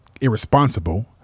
irresponsible